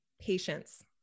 Patience